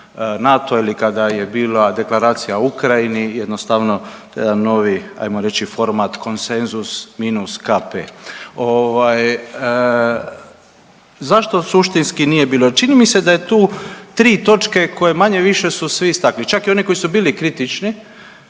ili kada je bila Deklaracija o Ukrajini jednostavno novi ajmo reći format konsenzus minus KP. Zašto suštinski nije bilo? Čini mi se da je tu tri točke koje manje-više su svi istakli, čak i oni koji su bili kritični